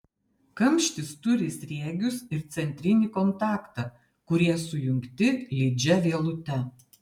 kamštis turi sriegius ir centrinį kontaktą kurie sujungti lydžia vielute